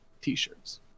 T-shirts